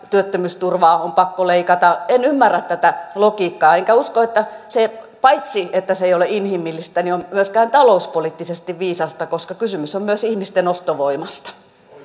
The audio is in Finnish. työttömyysturvaa on pakko leikata en ymmärrä tätä logiikkaa enkä usko että se paitsi että se ei ole inhimillistä on myöskään talouspoliittisesti viisasta koska kysymys on myös ihmisten ostovoimasta